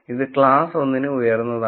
ഇത് ക്ലാസ് 1 ന് ഉയർന്നതാണ്